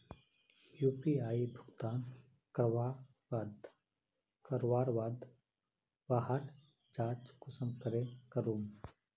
UPI भुगतान करवार बाद वहार जाँच कुंसम करे करूम?